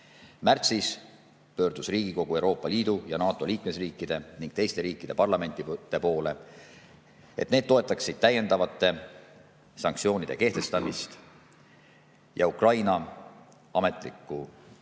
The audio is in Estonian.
Märtsis pöördus Riigikogu Euroopa Liidu ja NATO liikmesriikide ning teiste riikide parlamentide poole, et need toetaksid täiendavate sanktsioonide kehtestamist ja Ukraina ametlikku taotlust